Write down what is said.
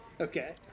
Okay